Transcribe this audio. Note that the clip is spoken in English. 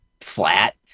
flat